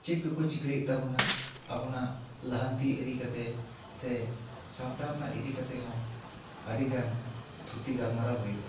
ᱪᱮᱫ ᱠᱚ ᱠᱚ ᱪᱤᱠᱟᱹᱭᱮᱫ ᱛᱟᱵᱚᱱᱟ ᱟᱵᱚᱱᱟᱜ ᱞᱟᱦᱟᱱᱛᱤ ᱤᱫᱤ ᱠᱟᱛᱮ ᱥᱮ ᱥᱟᱶᱛᱟ ᱨᱮᱱᱟᱜ ᱤᱫᱤ ᱠᱟᱛᱮ ᱦᱚᱸ ᱟᱹᱰᱤ ᱜᱟᱱ ᱛᱷᱩᱛᱤ ᱜᱟᱞᱢᱟᱨᱟᱣ ᱦᱩᱭᱩᱜᱼᱟ